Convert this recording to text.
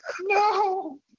No